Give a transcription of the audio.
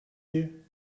you